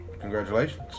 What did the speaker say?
Congratulations